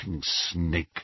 snake